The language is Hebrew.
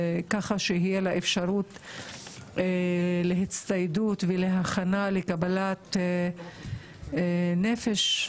שתהיה לה אפשרות להצטייד ולהכין עצמה לקבל נפש חדשה,